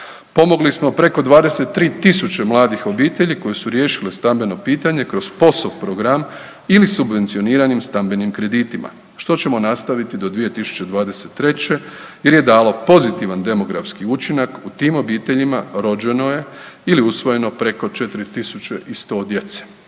Pomogli smo preko 23.000 mladih obitelji koje su riješile stambeno pitanje kroz POS-ov program ili subvencioniranje stambenim kreditima, što ćemo nastaviti do 2023. jer je dalo pozitivan demografski učinak, u tim obiteljima rođeno je ili usvojeno preko 4.100 djece.